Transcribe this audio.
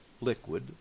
liquid